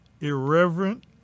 irreverent